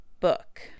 book